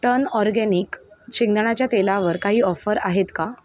turn organic शेंगदाण्याच्या तेलावर काही ऑफर आहेत का